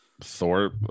Thor